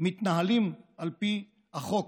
מתנהלים על פי החוק.